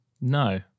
No